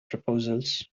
proposals